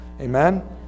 Amen